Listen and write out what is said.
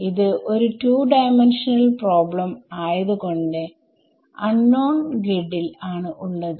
ഇത് ഒരു 2 dimensional problem ആയത് കൊണ്ട് അൺനോൺസ്ഗ്രിഡിൽ ആണ് ഉള്ളത്